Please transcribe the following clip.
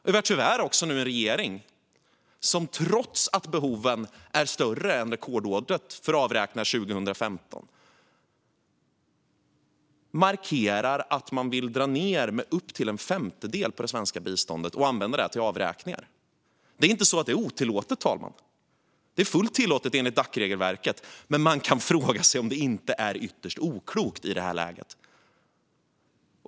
Vi har tyvärr också en regering som, trots att behoven är större än under rekordåret för avräkningar, 2015, markerar att man vill dra ned det svenska biståndet med upp till en femtedel och använda pengarna till avräkningar. Detta är inte otillåtet - det är fullt tillåtet enligt Dacs regelverk - men man kan fråga sig om det inte är ytterst oklokt i det här läget.